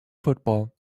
football